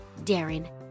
Darren